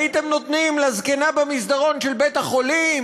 הייתם נותנים לזקנה במסדרון של בית-החולים,